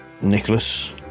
Nicholas